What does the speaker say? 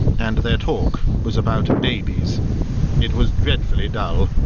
and their talk was about babies it was dreadfully dull.